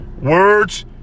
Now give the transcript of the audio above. Words